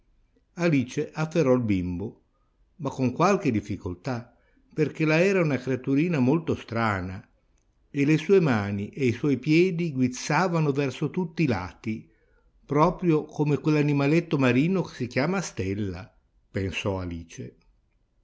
alice afferrò il bimbo ma con qualche difficoltà perchè la era una creaturina molto strana e le sue mani e i suoi piedi guizzavano verso tutt'i lati proprio come quell'animaletto marino che si chiama stella pensò alice